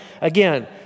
Again